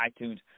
iTunes